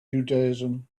judaism